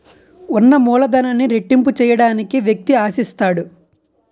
ఉన్న మూలధనాన్ని రెట్టింపు చేయడానికి వ్యక్తి ఆశిస్తాడు